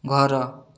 ଘର